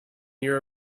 near